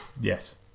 Yes